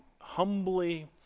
humbly